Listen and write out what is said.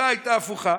התוצאה הייתה הפוכה.